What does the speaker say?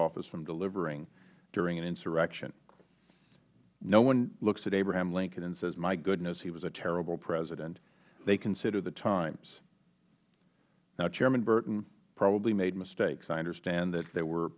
office from delivering during an insurrection no one looks at abraham lincoln and says my goodness he was a terrible president they consider the times now chairman burton probably made mistakes i understand that there were